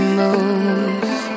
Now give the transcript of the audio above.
moves